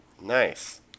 Nice